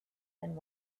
and